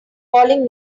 calling